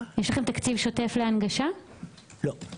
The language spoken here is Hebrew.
לא.